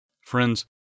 Friends